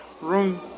room